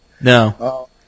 No